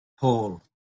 Paul